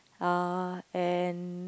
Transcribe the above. uh and